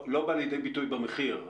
לא בא לידי ביטוי במחיר.